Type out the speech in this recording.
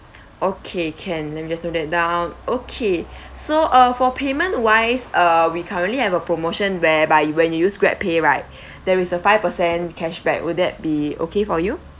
okay can let me just note that down okay so uh for payment wise uh we currently have a promotion whereby when you use Grab pay right there is a five percent cashback would that be okay for you